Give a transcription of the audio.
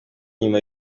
inyuma